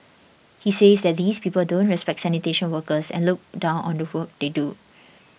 he says that these people don't respect sanitation workers and look down on the work they do